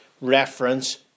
reference